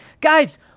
Guys